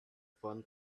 fun